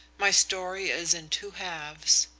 my story is in two halves.